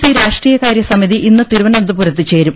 C രാഷ്ട്രീയകാര്യ സമിതി ഇന്ന് തിരുവനന്തപുരത്ത് ചേരും